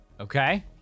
Okay